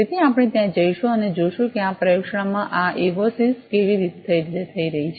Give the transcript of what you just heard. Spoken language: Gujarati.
તેથી આપણે ત્યાં જઈશું અને જોશું કે આ પ્રયોગશાળામાં આ ઇવોસિઝ કેવી રીતે થઈ રહી છે